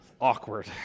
awkward